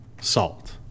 salt